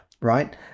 right